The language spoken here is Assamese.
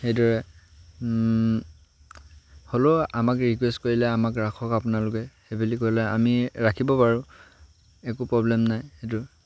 সেইদৰে হ'লেও আমাক ৰিকুৱেষ্ট কৰিলে আমাক ৰাখক আপোনালোকে সেইবুলি ক'লে আমি ৰাখিব পাৰোঁ একো প্ৰব্লেম নাই সেইটো